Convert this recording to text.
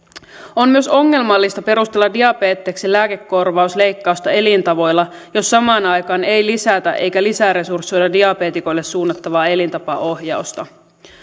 on myös ongelmallista perustella diabeteksen lääkekorvausleikkausta elintavoilla jos samaan aikaan ei lisätä eikä lisäresursoida diabeetikoille suunnattavaa elintapaohjausta